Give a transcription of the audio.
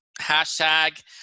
hashtag